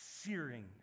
searing